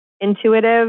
intuitive